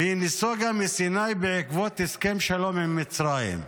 והיא נסוגה מסיני בעקבות הסכם שלום עם מצרים.